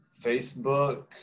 Facebook